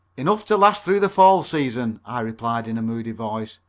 enough to last through the fall season, i replied in a moody voice.